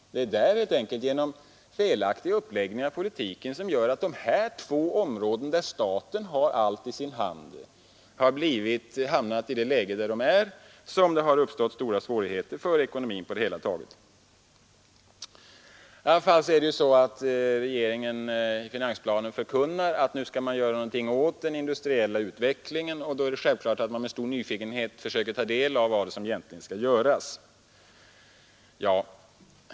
Genom felaktig uppläggning av politiken har de här två områdena, där staten har allt i sin hand, hamnat i det läge där de är, och därigenom har det uppstått stora svårigheter för ekonomin på det hela taget. Nu förkunnar regeringen i finansplanen att man skall göra någonting åt den industriella utvecklingen. Därför är det självfallet med stor nyfikenhet man försöker ta del av vad som egentligen skall göras.